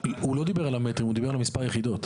הוא לא דיבר על המטרים, הוא דיבר על מספר היחידות.